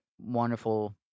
wonderful